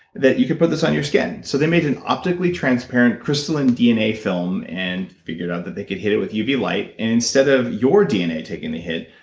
that you could put this on your skin, so they made an optically transparent crystalline dna film and figured out that they could hit it with uv light, and instead of your dna taking the hit,